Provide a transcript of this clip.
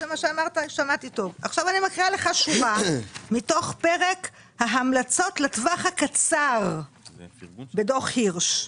אני קוראת לך שורה מתוך פרק ההמלצות לטווח קצר בדוח הירש,